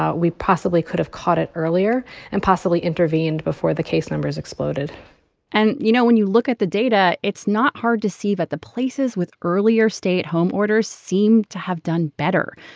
ah we possibly could have caught it earlier and possibly intervened before the case numbers exploded and, you know, when you look at the data, it's not hard to see that the places with earlier stay-at-home orders seem to have done better.